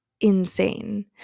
insane